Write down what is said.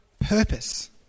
purpose